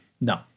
no